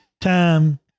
time